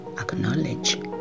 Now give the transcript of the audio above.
acknowledge